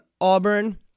Auburn